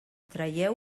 traieu